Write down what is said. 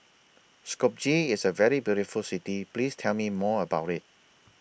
Skopje IS A very beautiful City Please Tell Me More about IT